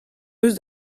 eus